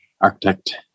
architect